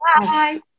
Bye